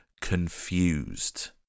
confused